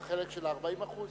החלק של ה-40%?